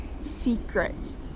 secret